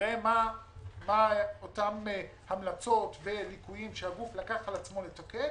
יראה מה הן אותן המלצות ומה הם אותם ליקויים שהגוף לקח על עצמו לתקן.